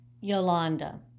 Yolanda